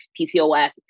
PCOS